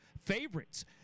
favorites